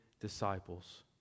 disciples